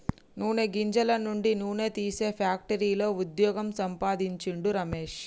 నూనె గింజల నుండి నూనె తీసే ఫ్యాక్టరీలో వుద్యోగం సంపాందించిండు రమేష్